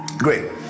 great